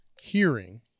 hearing